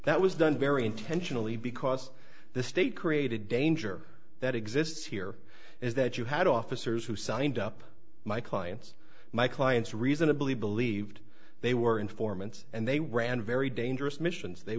that was done very intentionally because the state created danger that exists here is that you had officers who signed up my clients my clients reasonably believed they were informants and they ran very dangerous missions they